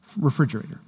refrigerator